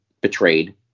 betrayed